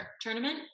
tournament